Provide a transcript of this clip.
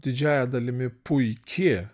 didžiąja dalimi puiki